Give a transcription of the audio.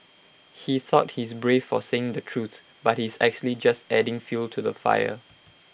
he thought he's brave for saying the truth but he's actually just adding fuel to the fire